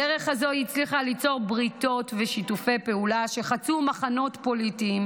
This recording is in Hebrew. בדרך הזו היא הצליחה ליצור בריתות ושיתופי פעולה שחצו מחנות פוליטיים,